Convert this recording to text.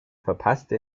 verpasste